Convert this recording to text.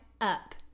up